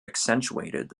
accentuated